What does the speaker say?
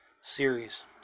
series